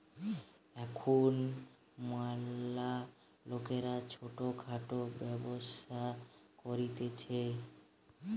এখুন ম্যালা লোকরা ছোট খাটো ব্যবসা করতিছে